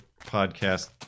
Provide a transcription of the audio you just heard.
podcast